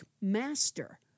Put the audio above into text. master